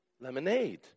lemonade